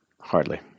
hardly